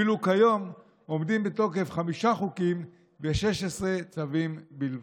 ואילו כיום עומדים בתוקף חמישה חוקים ו-16 צווים בלבד.